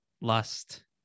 lust